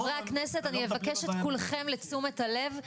חברי הכנסת אני אבקש את כולכם לתשומת הלב,